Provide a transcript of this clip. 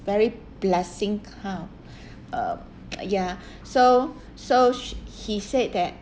very blessing kind of uh ya so so he said that